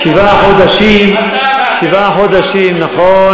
שבעה חודשים, אתה מעכב אותם, שבעה חודשים, נכון.